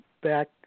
back